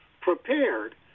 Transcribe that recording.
prepared